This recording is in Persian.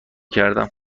کردم